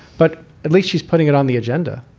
but at least she's putting it on the agenda